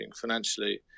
financially